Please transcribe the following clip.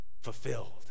fulfilled